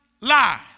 lie